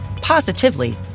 positively